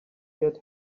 get